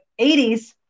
80s